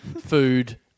food